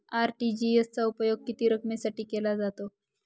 RTGS चा उपयोग किती रकमेसाठी केला जातो?